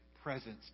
presence